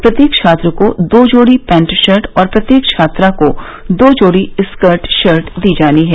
प्रत्येक छात्र को दो जोड़ी पैन्ट शर्ट और प्रत्येक छात्रा को दो जोड़ी स्कर्ट शर्ट दी जानी है